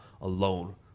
alone